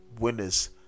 Winners